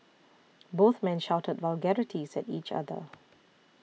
both men shouted vulgarities at each other